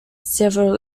several